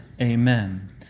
Amen